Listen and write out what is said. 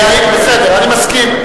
בסדר, אני מסכים.